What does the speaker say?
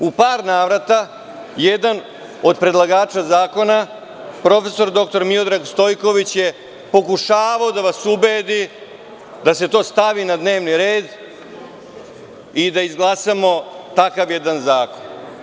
U par navrata jedan od predlagača zakona prof. dr Miodrag Stojković je pokušavao da vas ubedi da se to stavi na dnevni red i da izglasamo takav jedan zakon.